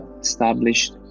established